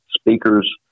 speakers